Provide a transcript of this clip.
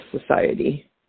society